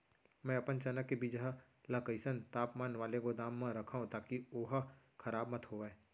मैं अपन चना के बीजहा ल कइसन तापमान वाले गोदाम म रखव ताकि ओहा खराब मत होवय?